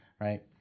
Right